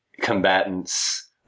combatants